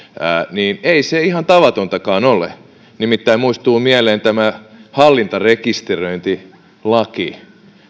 niin ei se ihan tavatontakaan ole nimittäin muistuu mieleen tämä hallintarekisteröintilaki